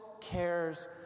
cares